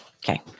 Okay